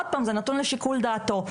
ועוד פעם, זה נתון לשיקול דעתו.